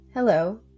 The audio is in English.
Hello